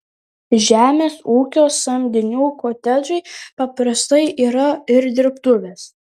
žemės ūkio samdinių kotedžai paprastai yra ir dirbtuvės